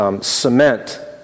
cement